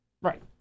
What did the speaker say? Right